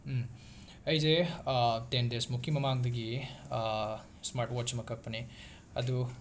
ꯑꯩꯖꯦ ꯇꯦꯟ ꯗꯦꯖꯃꯨꯛꯀꯤ ꯃꯃꯥꯡꯗꯒꯤ ꯁ꯭ꯃꯥꯔꯠ ꯋꯥꯆ ꯑꯃ ꯀꯛꯄꯅꯦ ꯑꯗꯨ